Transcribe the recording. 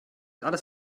alles